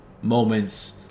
moments